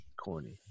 corny